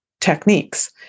techniques